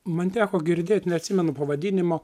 man teko girdėt neatsimenu pavadinimo